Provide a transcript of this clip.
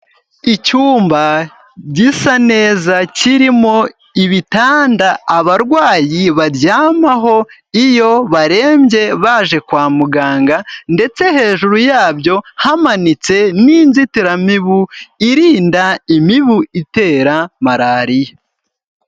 Icyumba gisa neza kirimo ibitanda abarwayi baryamaho iyo barembye baje kwa muganga ndetse hejuru yabyo hamanitse n'inzitiramibu irinda imibu itera malariya.